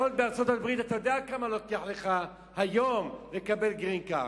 ובארצות-הברית אתה יודע כמה זמן לוקח לך היום לקבל Green Card,